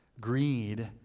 greed